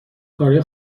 کارای